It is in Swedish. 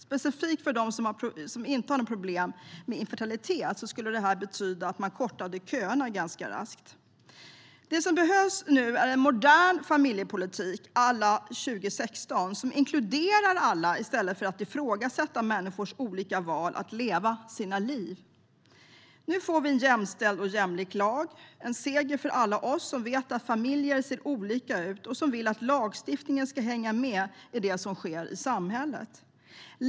Specifikt för dem som inte har problem med infertilitet skulle det betyda att man kortade köerna ganska raskt. Det som behövs nu är en modern familjepolitik à la 2016 som inkluderar alla i stället för att ifrågasätta människors olika val för hur de lever sina liv. Nu får vi en jämställd och jämlik lag. Det är en seger för alla oss som vet att familjer ser olika ut och som vill att lagstiftningen ska hänga med i det som sker i samhället.